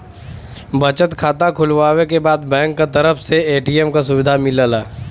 बचत खाता खुलवावे के बाद बैंक क तरफ से ए.टी.एम क सुविधा मिलला